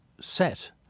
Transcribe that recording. set